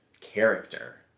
character